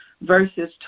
verses